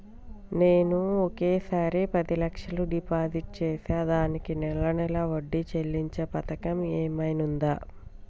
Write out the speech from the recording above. నేను ఒకేసారి పది లక్షలు డిపాజిట్ చేస్తా దీనికి నెల నెల వడ్డీ చెల్లించే పథకం ఏమైనుందా?